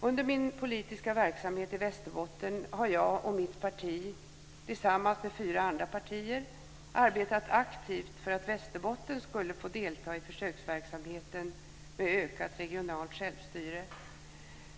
Under min politiska verksamhet i Västerbotten har jag och mitt parti tillsammans med fyra andra partier arbetat aktivt för att Västerbotten skulle få delta i försöksverksamheten med ökat regionalt självstyre.